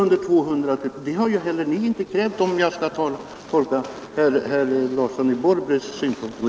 Reservanterna undantar alltså alla samhällen som har under 200 invånare.